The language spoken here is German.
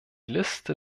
liste